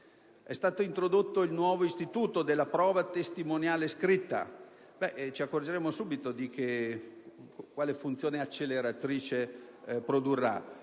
È stato introdotto il nuovo istituto della prova testimoniale scritta e ci accorgeremo subito di quale funzione acceleratrice produrrà.